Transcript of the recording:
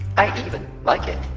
i even like it